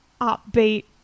upbeat